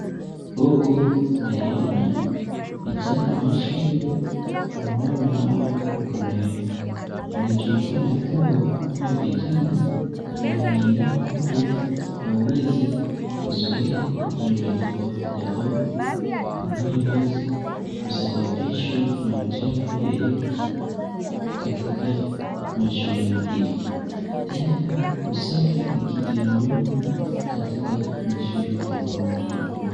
Huku naiona vijana wa shule wanaonawa mikono yao, inaonekana hawa vijana wanainama ili waweze kuzuia ugonjwa tofautitofauti, inayoweza kusababishwa na uchafu yeyote, katika shule hii tena usafi ni kitu ya maana katika mashule tofautitofauti.